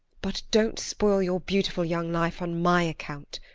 but don't spoil your beautiful young life on my account!